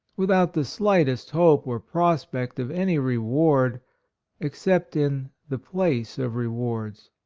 without the slightest hope or prospect of any reward except in the place of rewards.